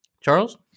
Charles